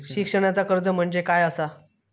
शिक्षणाचा कर्ज म्हणजे काय असा?